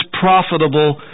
profitable